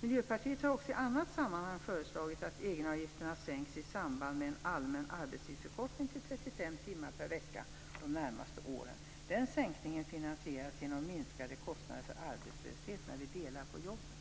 Miljöpartiet har också i annat sammanhang föreslagit att egenavgifterna sänks i samband med en allmän arbetstidsförkortning till 35 timmar per vecka de närmaste åren. Den sänkningen finansieras genom minskade kostnader för arbetslöshet när vi delar på jobben.